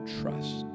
trust